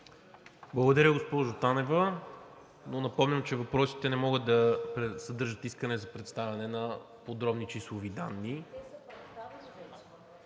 Благодаря, госпожо Танева. Но напомням, че въпросите не могат да съдържат искане за представяне на подробни числови данни.